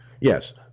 Yes